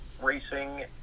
racing